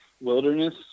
wilderness